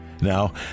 now